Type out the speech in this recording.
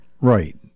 right